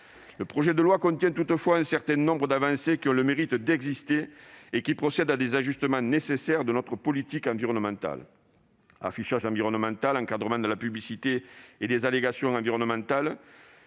Le projet de loi contient toutefois un certain nombre d'avancées qui ont le mérite d'exister, par lesquelles il est procédé à des ajustements nécessaires de notre politique environnementale : affichage environnemental, encadrement de la publicité et des allégations environnementales,